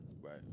Right